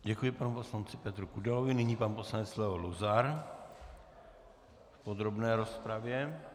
Děkuji panu poslanci Petru Kudelovi, nyní pan poslanec Leo Luzar v podrobné rozpravě.